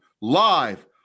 live